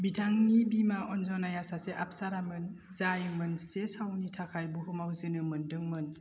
बिथांनि बिमा अनजनाया सासे अप्सारामोन जाय मोनसे सावनि थाखाय बुहुमाव जोनोम मोनदों मोन